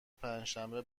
پنجشنبه